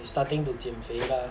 starting to 减肥 lah